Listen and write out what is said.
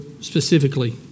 specifically